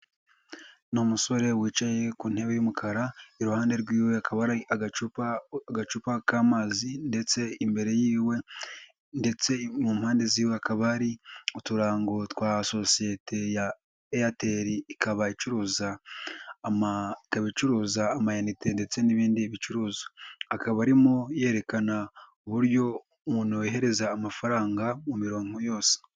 Ni umusore wicaye ku ntebe y'umukara, iruhande rwiwe hakaba hari agacupa k'amazi, ndetse imbere yiwe, ndetse mu mpande ziwe, akaba hari uturango twa sosiyete ya Airtel, ikaba icuruza ikabicuruza amanite ndetse n'ibindi bicuruzwa, akaba arimo yerekana uburyo umuntu yohereza amafaranga mu mirongoko yose.